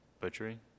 Butchery